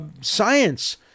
science